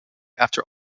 after